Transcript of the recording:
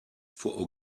for